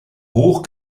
hoch